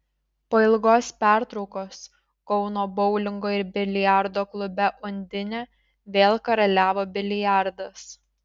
po ilgos pertraukos kauno boulingo ir biliardo klube undinė vėl karaliavo biliardas